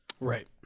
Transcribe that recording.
Right